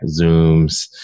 Zooms